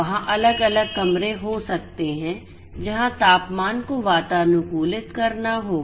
वहां अलग अलग कमरे हो सकते हैं जहाँ तापमान को वातानुकूलित करना होगा